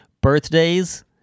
Birthdays